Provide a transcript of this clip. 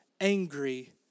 angry